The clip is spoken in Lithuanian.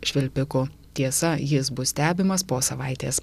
švilpiku tiesa jis bus stebimas po savaitės